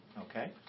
Okay